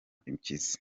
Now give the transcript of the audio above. impyisi